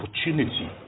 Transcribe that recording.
opportunity